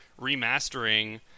remastering